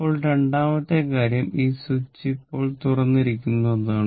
ഇപ്പോൾ രണ്ടാമത്തെ കാര്യം ഈ സ്വിച്ച് ഇപ്പോൾ തുറന്നിരിക്കുന്നു എന്നതാണ്